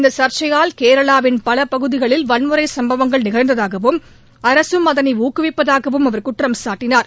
இந்த சர்ச்சையால் கேரளாவின் பல பகுதிகளில் வன்முறை சும்பவங்கள் நிகழ்வதாகவும் அரசும் அதனை ஊக்குவிப்பதாகவும் அவர் குற்றம் சாட்டினார்